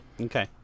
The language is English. Okay